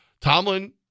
Tomlin